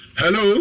hello